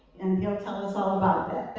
and he'll tell us all about